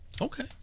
Okay